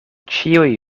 ĉiuj